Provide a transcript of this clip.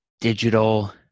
digital